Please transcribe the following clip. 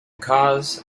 cause